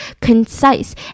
concise